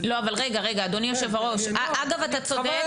רגע אדוני יושב הראש, אגב אתה צודק.